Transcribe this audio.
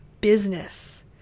business